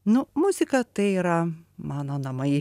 nu muzika tai yra mano namai